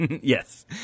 yes